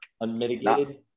Unmitigated